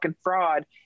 fraud